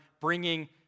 bringing